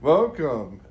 Welcome